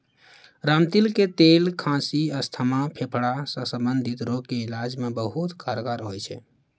रामतिल के तेल खांसी, अस्थमा, फेफड़ा सॅ संबंधित रोग के इलाज मॅ बहुत कारगर होय छै